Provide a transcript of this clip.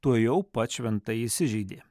tuojau pats šventai įsižeidė